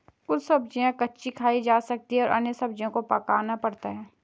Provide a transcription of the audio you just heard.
कुछ सब्ज़ियाँ कच्ची खाई जा सकती हैं और अन्य सब्ज़ियों को पकाना पड़ता है